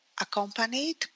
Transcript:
accompanied